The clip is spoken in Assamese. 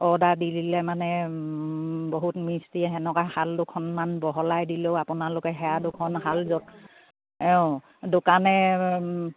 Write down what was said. অৰ্ডাৰ দি দিলে মানে বহুত মিস্ত্ৰীয়ে তেনেকুৱা শাল দুখনমান বহলাই দিলেও আপোনালোকে সেয়া দুখন শাল যুট অঁ দোকানে